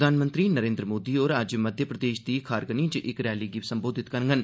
प्रधानमंत्री नरेन्द्र मोदी होर अज्ज मध्य प्रदेश दी खारगनी इच इक रैली गी सम्बोधित करगन